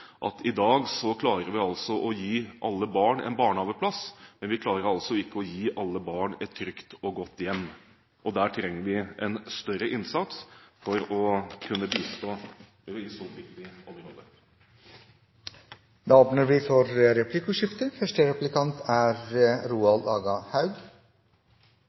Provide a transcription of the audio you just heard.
at vi i dag klarer å gi alle barn en barnehageplass, men vi klarer altså ikke å gi alle barn et trygt og godt hjem. Der trenger vi større innsats for å kunne bistå på et så viktig